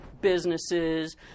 businesses